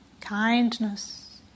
kindness